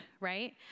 right